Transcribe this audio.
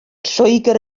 lloegr